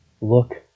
Look